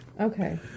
Okay